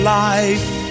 life